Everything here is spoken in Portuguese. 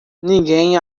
ninguém